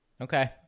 Okay